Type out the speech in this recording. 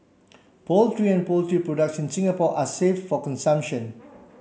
poultry and poultry products in Singapore are safe for consumption